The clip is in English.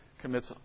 commits